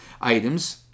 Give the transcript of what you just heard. items